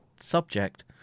subject